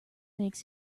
makes